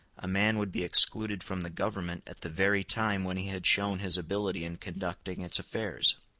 a man would be excluded from the government at the very time when he had shown his ability in conducting its affairs.